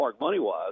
money-wise